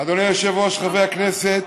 אדוני היושב-ראש, חברי הכנסת,